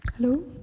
hello